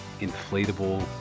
inflatable